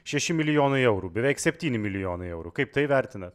šeši milijonai eurų beveik septyni milijonai eurų kaip tai vertinat